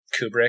Kubrick